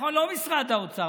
לא משרד האוצר,